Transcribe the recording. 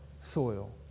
soil